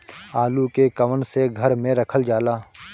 आलू के कवन से घर मे रखल जाला?